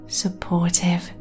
supportive